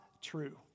true